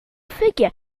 figure